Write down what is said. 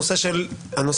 הנושא של חזקה,